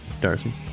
Darcy